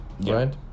right